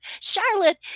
charlotte